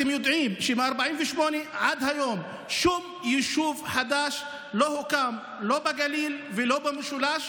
אתם יודעים שמ-48' עד היום שום יישוב חדש לא הוקם לא בגליל ולא במשולש,